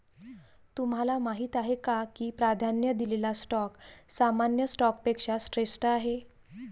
तुम्हाला माहीत आहे का की प्राधान्य दिलेला स्टॉक सामान्य स्टॉकपेक्षा श्रेष्ठ आहे?